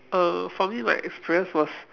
err for me like express was